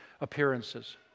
appearances